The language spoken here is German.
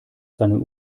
seinen